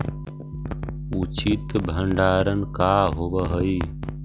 उचित भंडारण का होव हइ?